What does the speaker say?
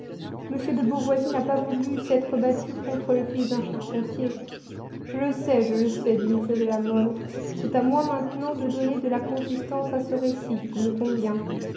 m de beauvoisis n'a pas voulu s'être battu contre le fils d'un charpentier je le sais je le sais dit m de la mole c'est à moi maintenant de donner de la consistance à ce récit qui me convient